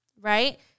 Right